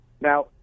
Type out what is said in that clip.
Now